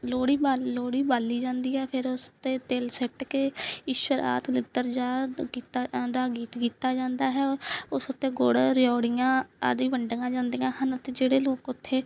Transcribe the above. ਲੋਹੜੀ ਬਲ ਲੋਹੜੀ ਬਾਲੀ ਜਾਂਦੀ ਹੈ ਫਿਰ ਉਸਤੇ ਤਿਲ ਸਿੱਟ ਕੇ ਇੱਛਰ ਆ ਦਲਿੱਦਰ ਜਾਹ ਦਾ ਗੀਤਾ ਦਾ ਗੀਤ ਕੀਤਾ ਜਾਂਦਾ ਹੈ ਉਸ ਉੱਤੇ ਗੁੜ ਰਿਉੜੀਆਂ ਆਦਿ ਵੰਡੀਆਂ ਜਾਂਦੀਆਂ ਹਨ ਅਤੇ ਜਿਹੜੇ ਲੋਕ ਉੱਥੇ